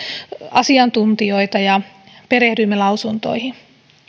asiantuntijoita ja perehdyimme lausuntoihin